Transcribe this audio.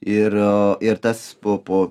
ir a ir tas po po